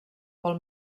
pel